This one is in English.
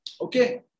Okay